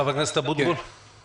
חבר הכנסת אבוטבול, בבקשה.